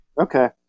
Okay